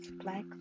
Black